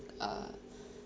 uh